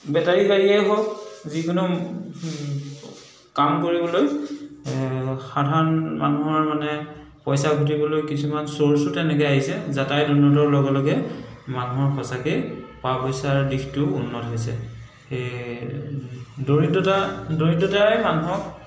battery গাড়ীয়েই হওক যিকোনো কাম কৰিবলৈ সাধাৰণ মানুহৰ মানে পইচা ঘটিবলৈ কিছুমান চ'ৰ্চো তেনেকৈ আহিছে যাতায়ত উন্নতৰ লগে লগে মানুহৰ সঁচাকেই পা পইচাৰ দিশটোও উন্নত হৈছে সেই দৰিদ্ৰতা দৰিদ্ৰতাই মানুহক